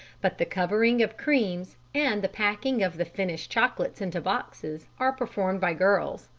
but the covering of cremes and the packing of the finished chocolates into boxes are performed by girls.